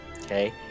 Okay